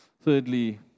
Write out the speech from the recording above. thirdly